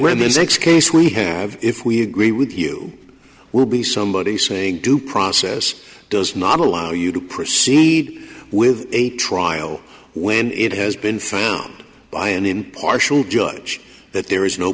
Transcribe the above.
mistakes case we have if we agree with you will be somebody saying due process does not allow you to proceed with a trial when it has been found by an impartial judge that there is no